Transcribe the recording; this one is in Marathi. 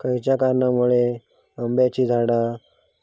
खयच्या कारणांमुळे आम्याची झाडा